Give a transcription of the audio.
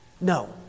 No